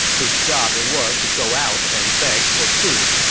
whose job it was to go out and beg for food,